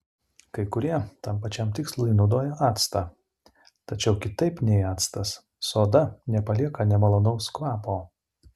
kai kurie tam pačiam tikslui naudoja actą tačiau kitaip nei actas soda nepalieka nemalonaus kvapo